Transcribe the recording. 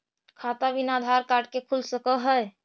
खाता बिना आधार कार्ड के खुल सक है?